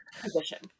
position